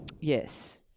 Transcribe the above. Yes